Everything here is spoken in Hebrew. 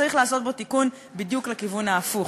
צריך לעשות בו תיקון בדיוק לכיוון ההפוך,